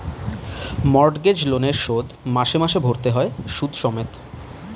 mortgage লোনের শোধ মাসে মাসে ভরতে হয় সুদ সমেত